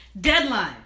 Deadline